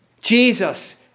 Jesus